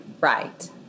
Right